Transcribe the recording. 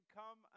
come